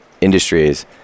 industries